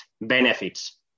benefits